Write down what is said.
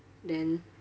then